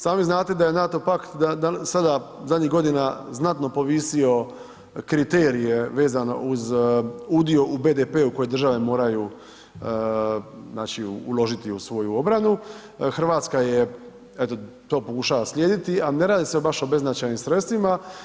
Sami znate da je NATO pakt sada zadnjih godina znatno povisio kriterije vezano uz udio u BDP-u koji države moraju znači uložiti u svoju obranu, Hrvatska je eto to pokušava slijediti, a ne radi se baš o beznačajnim sredstvima.